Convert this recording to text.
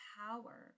power